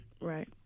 Right